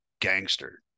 gangster